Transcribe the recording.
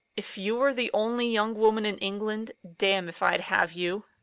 if you were the only young woman in england, damme if i'd have you.